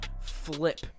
flip